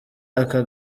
aka